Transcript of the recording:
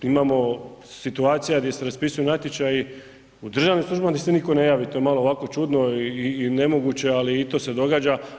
Imamo situacija gdje se raspisuju natječaji u državnim službama gdje se niko ne javi, to je ovako malo čudno i nemoguće, ali i to se događa.